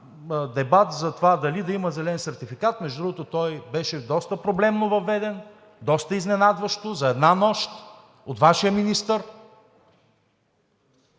дебат за това дали да има зелен сертификат. Между другото, той беше доста проблемно въведен, доста изненадващо – за една нощ, от Вашия министър.